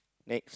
next